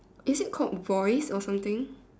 is it called voice or something